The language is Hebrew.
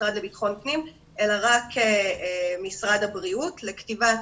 משרד לביטחון פנים אלא רק משרד הבריאות לכתיבת